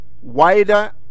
wider